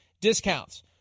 discounts